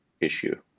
issue